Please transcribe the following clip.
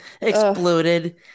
exploded